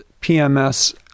PMS